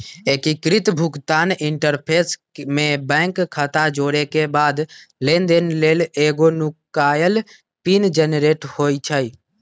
एकीकृत भुगतान इंटरफ़ेस में बैंक खता जोरेके बाद लेनदेन लेल एगो नुकाएल पिन जनरेट होइ छइ